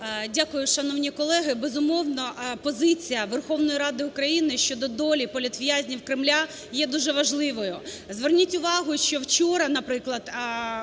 Дякую, шановні колеги! Безумовно, позиція Верховної Ради України щодо долі політв'язнів Кремля є дуже важливою. Зверніть увагу, що вчора, наприклад,